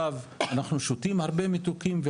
אנחנו שותים הרבה מתוקים,